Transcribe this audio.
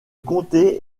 comté